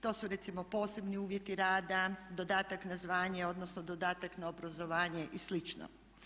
To su recimo posebni uvjeti rada, dodatak na zvanje odnosno dodatak na obrazovanje i slično.